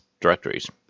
directories